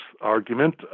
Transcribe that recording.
argument